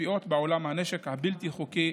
משפיעות בעולם הנשק הבלתי-חוקי,